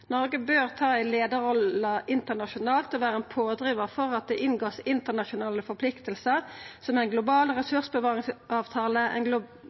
Noreg bør ta ei leiarrolle internasjonalt og vera ein pådrivar for at det vert inngått internasjonale forpliktingar, som ein global ressursbevaringsavtale, ein